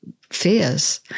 fears